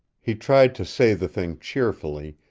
he tried to say the thing cheerfully,